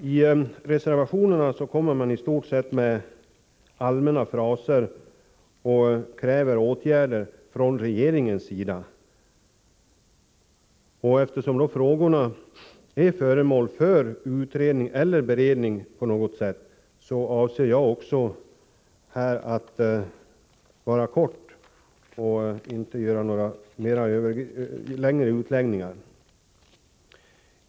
I reservationerna kommer man i stort sett med allmänna fraser och kräver åtgärder från regeringens sida. Eftersom frågorna är föremål för utredning eller beredning på något sätt, avser jag att fatta mig kort och inte göra några längre utläggningar.